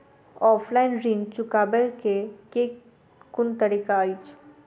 Offline ऋण चुकाबै केँ केँ कुन तरीका अछि?